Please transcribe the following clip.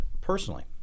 personally